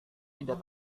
tidak